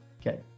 Okay